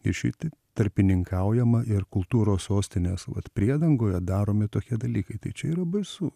išeiti tarpininkaujama ir kultūros sostinės vat priedangoje daromi tokie dalykai tai čia yra baisu